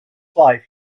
life